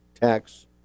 tax